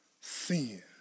sin